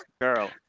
girl